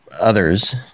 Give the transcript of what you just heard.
others